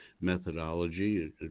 methodology